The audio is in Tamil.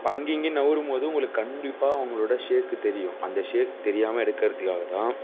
அப்போ அங்கேயும் இங்கேயும் நகரும்போது உங்களுக்கு கண்டிப்பாக உங்களோட ஷேக் தெரியும் அந்த ஷேக் தெரியாமல் எடுக்கிறத்துக்காகத்தான்